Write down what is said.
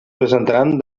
presentaran